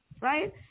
right